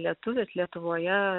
lietuvis lietuvoje